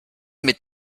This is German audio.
mit